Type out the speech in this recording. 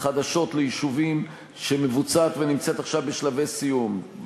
חדשות ליישובים שמבוצעות ונמצאות עכשיו בשלבי סיום,